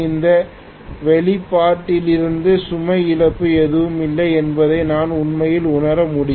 இந்த வெளிப்பாட்டிலிருந்து சுமை இழப்பு எதுவுமில்லை என்பதை நான் உண்மையில் உணர முடியும்